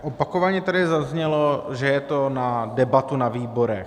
Opakovaně tady zaznělo, že je to na debatu na výborech.